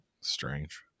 Strange